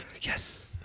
Yes